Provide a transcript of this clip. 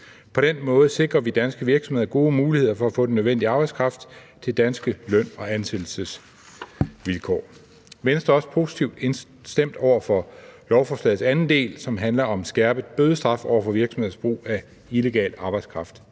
På den måde sikrer vi danske virksomheder gode muligheder for at få den nødvendige arbejdskraft til dansk løn og danske ansættelsesvilkår. Venstre er også positivt stemt over for lovforslagets anden del, som handler om skærpet bødestraf over for virksomheders brug af illegal arbejdskraft.